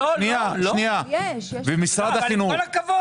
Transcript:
לגבי משרד החינוך.